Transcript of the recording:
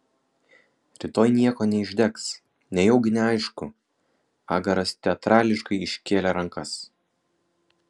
rytoj nieko neišdegs nejaugi neaišku agaras teatrališkai iškėlė rankas